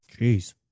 Jeez